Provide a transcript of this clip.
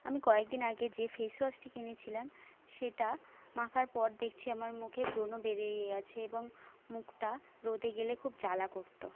আমি কয়েকদিন আগে যে ফেস ওয়াশটি কিনেছিলাম সেটা মাখার পর দেখছি আমার মুখে ব্রণ বেরিয়ে গেছে এবং মুখটা রোদে গেলে খুব জ্বালা করতো